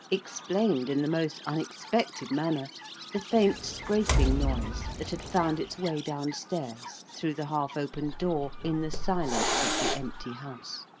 explained in the most unexpected manner the faint scraping noise that had found its way down-stairs, through the half-opened door, in the silence of the empty house.